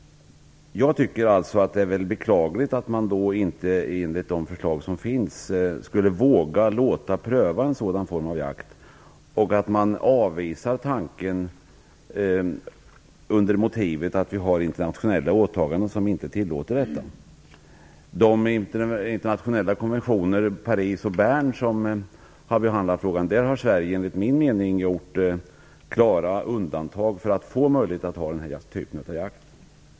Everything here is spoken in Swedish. Jag tycker att det är beklagligt att man inte enligt de förslag som finns skulle våga låta pröva en sådan form av jakt och att man avvisar tanken under motivet att vi har internationella åtaganden som inte tillåter detta. De internationella konventioner, Pariskonventionen och Bernkonventionen, som behandlar frågan har Sverige enligt min mening gjort klara undantag för att få möjlighet att ha den här typen av jakt.